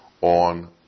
on